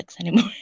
anymore